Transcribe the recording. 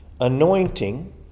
anointing